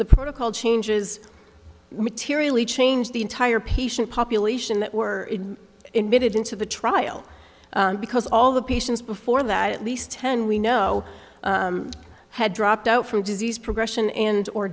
the protocol changes materially change the entire patient population that were emitted into the trial because all the patients before that at least ten we know had dropped out from disease progression and or